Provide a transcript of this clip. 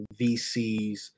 VCs